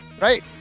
Right